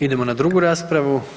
Idemo na drugu raspravu.